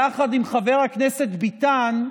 יחד עם חבר הכנסת ביטן,